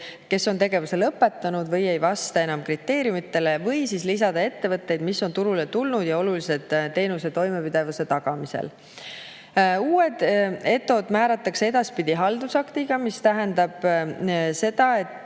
kes on tegevuse lõpetanud või ei vasta enam kriteeriumidele, või lisada ettevõtteid, mis on turule tulnud ja on olulised teenuse toimepidevuse tagamisel. Uued ETO‑d määratakse edaspidi haldusaktiga. See tähendab seda, et